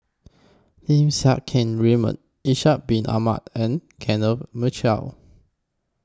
Lim Siang Keat Raymond Ishak Bin Ahmad and Kenneth Mitchell